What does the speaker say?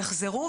יחזרו,